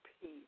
peace